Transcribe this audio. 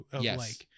Yes